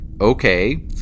Okay